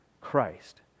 Christ